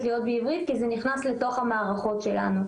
להיות בעברית כי זה נכנס לתוך המערכות שלנו.